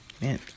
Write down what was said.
Man